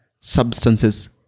substances